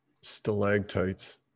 stalactites